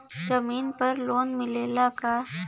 जमीन पर लोन मिलेला का?